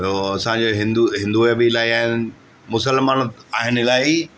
ॿियों असांजे हिंदू हिंदू बि इलाही आहिनि मुस्लमान आहिनि इलाही